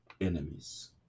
enemies